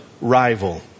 rival